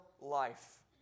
life